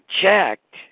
checked